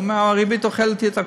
הוא אומר: הריבית אוכלת לי את הכול,